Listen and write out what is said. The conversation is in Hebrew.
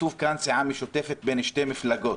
כתוב כאן "סיעה משותפת" בין שתי מפלגות.